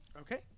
Okay